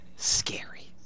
Scary